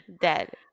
dead